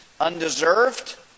undeserved